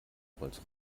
rolls